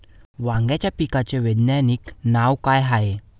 वांग्याच्या पिकाचं वैज्ञानिक नाव का हाये?